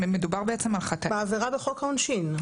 מדובר בעצם על --- בעבירה בחוק העונשין.